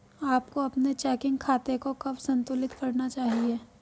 आपको अपने चेकिंग खाते को कब संतुलित करना चाहिए?